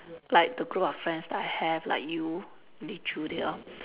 like the group of friends that I have like you Li Choo they all